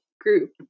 group